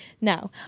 Now